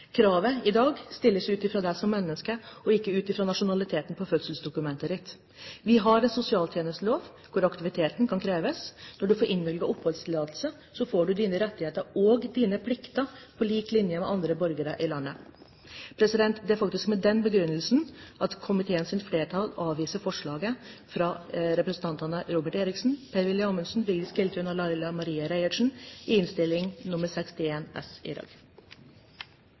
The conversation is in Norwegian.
Kravet i dag stilles ut fra deg som menneske og ikke ut fra nasjonaliteten på fødselsdokumentet ditt. Vi har en sosialtjenestelov hvor aktivitet kan kreves. Når du får innvilget oppholdstillatelse, får du rettigheter og plikter på lik linje med andre borgere i landet. Det er faktisk med den begrunnelsen komiteens flertall avviser forslaget fra representantene Robert Eriksson, Per-Willy Amundsen, Vigdis Giltun og Laila Marie Reiertsen i Innst. 61 S i dag.